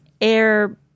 air